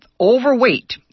overweight